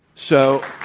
so